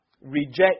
reject